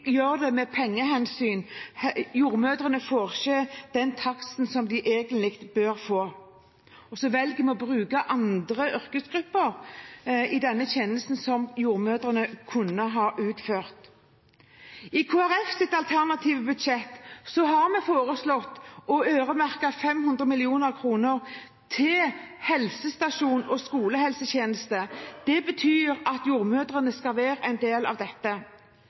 egentlig burde få, og så velger en å bruke andre yrkesgrupper i den tjenesten som jordmødrene kunne ha utført. I Kristelig Folkepartis alternative budsjett har vi foreslått å øremerke 500 mill. kr til helsestasjon og skolehelsetjeneste. Det betyr at jordmødrene skal være en del av dette.